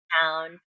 town